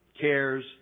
cares